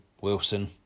Wilson